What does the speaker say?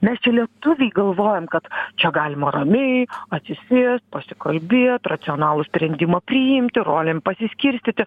mes čia lietuviai galvojam kad čia galima ramiai atsisėst pasikalbėt racionalų sprendimą priimti rolėm pasiskirstyti